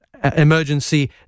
emergency